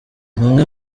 umwe